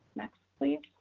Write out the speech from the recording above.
next, please.